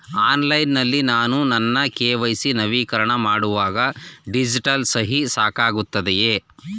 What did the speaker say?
Online ನಲ್ಲಿ ನಾನು ನನ್ನ ಕೆ.ವೈ.ಸಿ ನವೀಕರಣ ಮಾಡುವಾಗ ಡಿಜಿಟಲ್ ಸಹಿ ಸಾಕಾಗುತ್ತದೆಯೇ?